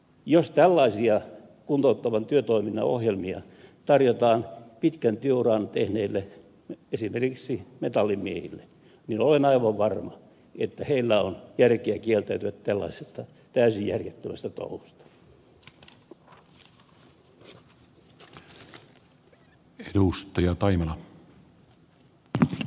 jos tällaisia kuntouttavan työtoiminnan ohjelmia tarjotaan pitkän työuran tehneille esimerkiksi metallimiehille niin olen aivan varma että heillä on järkeä kieltäytyä tällaisesta täysin järjettömästä touhusta